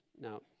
Now